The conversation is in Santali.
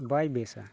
ᱵᱟᱭ ᱵᱮᱥᱟ